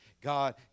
God